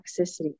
toxicity